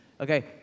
Okay